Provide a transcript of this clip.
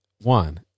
one